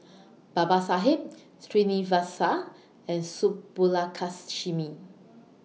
Babasaheb Srinivasa and Subbulakshmi